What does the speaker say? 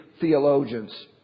theologians